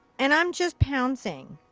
and i'm just pouncing.